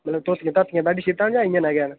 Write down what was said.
मतलब धोतियां धातियां बेडशीटां जां इयां न गै न